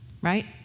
right